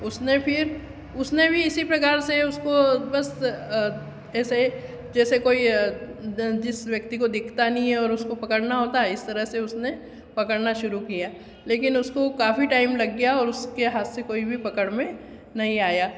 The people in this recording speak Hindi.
उसने फिर उसने भी उसी प्रकार से उसको उस ऐसे जैसे कोई जिस व्यक्ति को दिखता नही हो उसको पकड़ना होता है इस तरह से उसने पकड़ना शुरू किया लेकिन उसको काफी टाइम लग गया और उसके हाथ से कोई भी पकड़ में नही आया